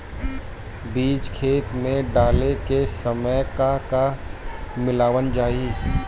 बीज खेत मे डाले के सामय का का मिलावल जाई?